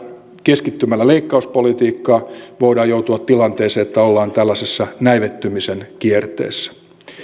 keskittymällä leikkauspolitiikkaan voidaan joutua tilanteeseen että ollaan näivettymisen kierteessä